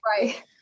right